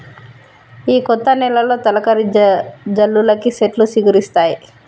ఈ కొత్త నెలలో తొలకరి జల్లులకి సెట్లు సిగురిస్తాయి